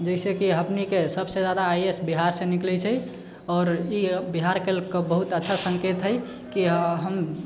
जैसे कि हमनीके सबसे जादा आइ ए एस बिहार से निकलैत छै आओर ई बिहारके बहुत अच्छा सङ्केत हइ कि हम